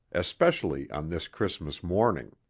especially on this christmas morning.